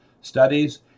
studies